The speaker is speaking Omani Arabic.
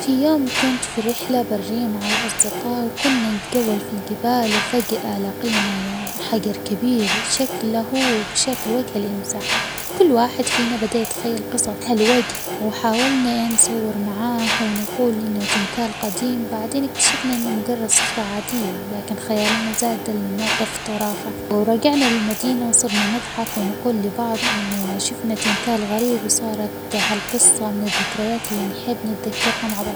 في يوم كنت في رحلة برية مع الأصدقاء ،وكنا نتجول في الجبال، وفجأة لقينا حجر كبير شكله شكل وجه الإنسان ،كل واحد فينا بدا يتخيل -قص- هالوجه وحاولنا نصور معاه، ونقول إنه تمثال قديم بعدين اكتشفنا إنه مجرد صخرة عادية، لكن خيالنا زاد الموقف طرافه، ورجعنا للمدينة وصرنا نضحك ونقول لبعض إنه شفنا تمثال غريب وصارت هالقصة من الذكريات اللي نحب نتذكرها مع بعض.